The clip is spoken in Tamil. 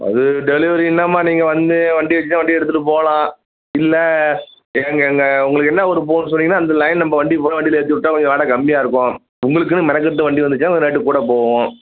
அது டெலிவரி என்னாம்மா நீங்கள் வந்து வண்டி இருந்தால் எடுத்துகிட்டு போகலாம் இல்லை எங்கே உங்களுக்கு என்ன ஊர் போகணுன்னு சொன்னீங்கனால் அந்த லயனில் நம்ம வண்டி போகும் வண்டியில் ஏற்றி விட்டா கொஞ்சம் வாடகை கம்மியாயிருக்கும் உங்களுக்குனு மெனக்கெட்டு வண்டி வந்துச்சுனால் கொஞ்சம் ரேட்டு கூட போகும்